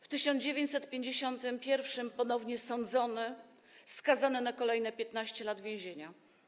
W 1951 r. był ponownie sądzony i skazany na kolejne 15 lat więzienia.